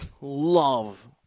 love